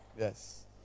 Yes